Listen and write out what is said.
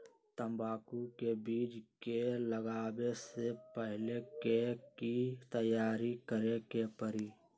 तंबाकू के बीज के लगाबे से पहिले के की तैयारी करे के परी?